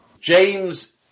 James